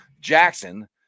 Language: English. Jackson